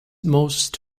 most